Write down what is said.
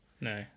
No